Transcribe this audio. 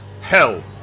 Hell